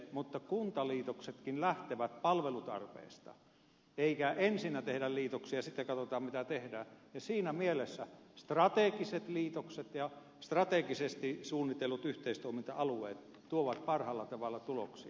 mutta kuntaliitoksetkin lähtevät palvelutarpeesta eikä ensinnä tehdä liitoksia ja sitten katsota mitä tehdään ja siinä mielessä strategiset liitokset ja strategisesti suunnitellut yhteistoiminta alueet tuovat parhaalla tavalla tuloksia